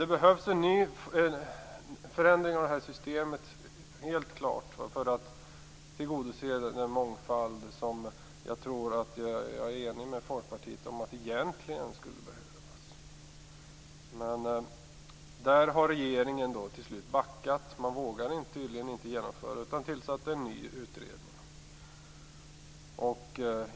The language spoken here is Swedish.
Det behövs en förändring av systemet, det är helt klart, för att tillgodose den mångfald som jag är enig med Folkpartiet om egentligen skulle behövas. Där har regeringen till slut backat. Man vågar tydligen inte genomföra något utan har tillsatt en ny utredning.